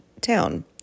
town